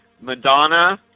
Madonna